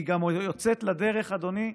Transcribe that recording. היא גם יוצאת לדרך, אדוני,